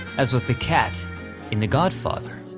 as was the cat in the godfather,